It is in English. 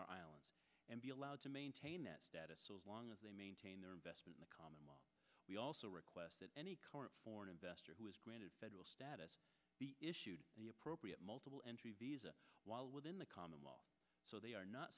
island and be allowed to maintain that status long as they maintain their investment in the commonwealth we also request that any current foreign investor who is granted federal status issued the appropriate multiple entry visa within the common law so they are not